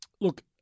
Look